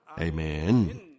Amen